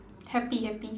happy happy